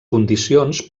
condicions